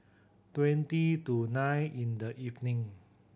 twenty to nine in the evening